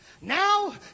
Now